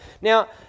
Now